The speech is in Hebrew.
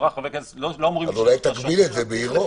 אז אולי תגביל את זה בעירו.